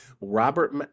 Robert